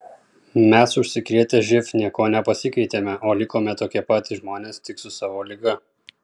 mes užsikrėtę živ niekuo nepasikeitėme o likome tokie patys žmonės tik su savo liga